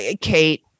Kate